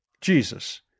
Jesus